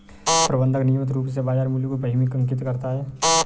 प्रबंधक नियमित रूप से बाज़ार मूल्य को बही में अंकित करता है